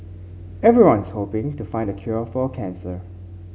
everyone's hoping to find the cure for cancer